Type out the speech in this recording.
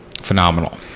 phenomenal